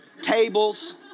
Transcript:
tables